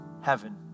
heaven